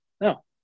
No